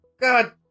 God